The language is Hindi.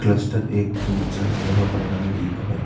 क्लस्टर एक दूध संग्रह प्रणाली और